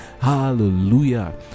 hallelujah